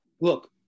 Look